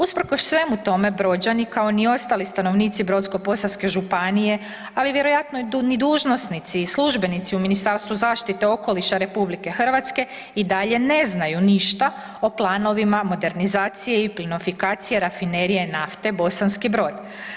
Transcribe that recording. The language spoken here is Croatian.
Usprkos svemu tome, Brođani, kao ni ostali stanovnici Brodsko-posavske županije, ali vjerojatno tu ni dužnosnici i službenici u Ministarstvu zaštite okoliša RH i dalje ne znaju ništa o planovima modernizacije i plinofikacije Rafinerije nafte Bosanski Brod.